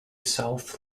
south